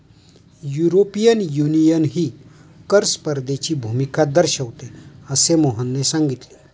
European युनियनही कर स्पर्धेची भूमिका दर्शविते, असे मोहनने सांगितले